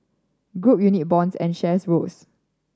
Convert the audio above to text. group unit bonds and shares rose